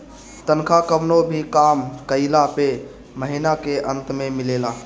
तनखा कवनो भी काम कइला पअ महिना के अंत में मिलेला